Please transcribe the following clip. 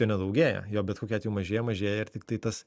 jo nedaugėja jo bet kokiu atveju mažėja mažėja ir tiktai tas